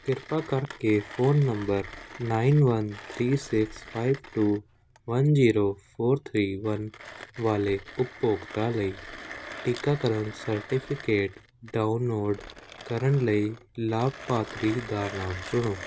ਕਿਰਪਾ ਕਰਕੇ phone number nine one three six five two one zero four three one ਵਾਲੇ ਉਪਭੋਗਤਾ ਲਈ ਟੀਕਾਕਰਨ ਸਰਟੀਫਿਕੇਟ ਡਾਊਨਲੋਡ ਕਰਨ ਲਈ ਲਾਭਪਾਤਰੀ ਦਾ ਨਾਮ ਚੁਣੋ